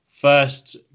first